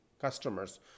customers